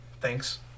Thanks